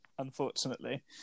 unfortunately